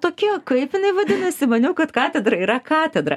tokia kaip jinai vadinasi maniau kad katedra yra katedra